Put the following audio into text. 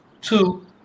two